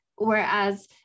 Whereas